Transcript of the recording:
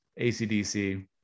ACDC